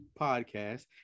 podcast